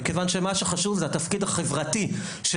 מכיוון שמה שחשוב זה התפקיד החברתי של